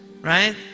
right